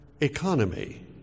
economy